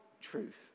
truth